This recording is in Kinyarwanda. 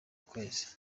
kwezi